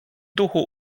duchu